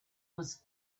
was